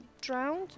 drowned